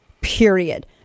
period